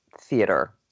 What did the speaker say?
theater